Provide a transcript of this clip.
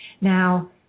Now